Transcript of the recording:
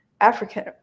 African